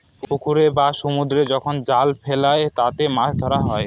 পুকুরে বা সমুদ্রে যখন জাল ফেলে তাতে মাছ ধরা হয়